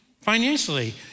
financially